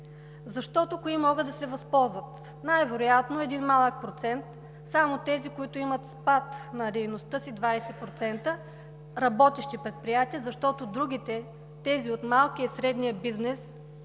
Защото кои могат да се възползват? Най-вероятно един малък процент – само тези, които имат спад на дейността си 20% работещи предприятия, защото другите – тези от малкия и средния бизнес,